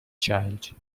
child